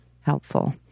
helpful